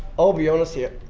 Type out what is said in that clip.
i'll be honest here,